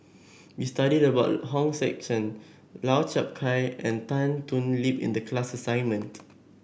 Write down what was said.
we studied about Hong Sek Chern Lau Chiap Khai and Tan Thoon Lip in the class assignment